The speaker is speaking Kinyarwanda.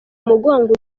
umugongo